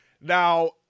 Now